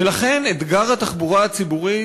ולכן אתגר התחבורה הציבורית,